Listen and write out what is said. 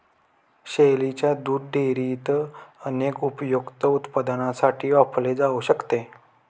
शेळीच्या दुध डेअरीत अनेक उपयुक्त उत्पादनांसाठी वापरले जाऊ शकते